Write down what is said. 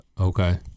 Okay